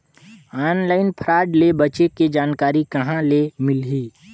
Online fraud ले बचे के जानकारी कहां ले मिलही?